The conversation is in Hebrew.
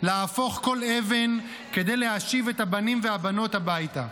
להפוך כל אבן כדי להשיב את הבנים והבנות הביתה.